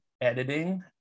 editing